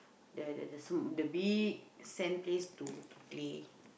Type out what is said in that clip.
the the the sm~ big sand place to to play